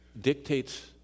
dictates